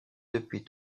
depuis